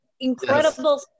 incredible